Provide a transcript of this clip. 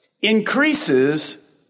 increases